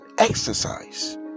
Exercise